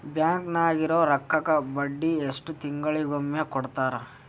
Bank ನಾಗಿರೋ ರೊಕ್ಕಕ್ಕ ಬಡ್ಡಿ ಎಷ್ಟು ತಿಂಗಳಿಗೊಮ್ಮೆ ಕೊಡ್ತಾರ?